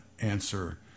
answer